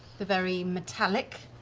the very metallic.